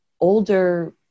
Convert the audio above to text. older